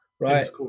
Right